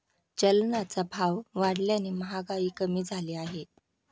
चलनाचा भाव वाढल्याने महागाई कमी झाली आहे